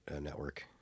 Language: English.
Network